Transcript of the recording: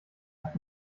hat